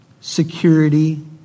security